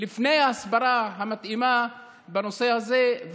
לפני הסברה מתאימה בנושא הזה.